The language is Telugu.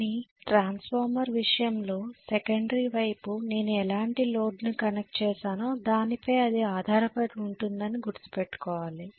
కానీ ట్రాన్స్ఫార్మర్ విషయంలో సెకండరీ వైపు నేను ఎలాంటి లోడ్ను కనెక్ట్ చేశానో దానిపై అది ఆధారపడి ఉంటుందని గుర్తుపెట్టుకోవాలి